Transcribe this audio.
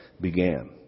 began